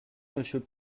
monsieur